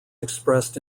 expressed